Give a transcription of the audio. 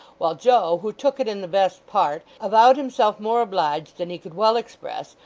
while joe, who took it in the best part, avowed himself more obliged than he could well express,